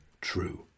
true